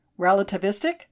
relativistic